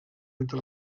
entre